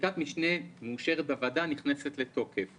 חקיקת המשנה מאושרת בוועדה ונכנסת לתוקף.